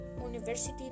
university